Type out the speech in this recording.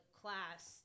class